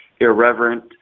irreverent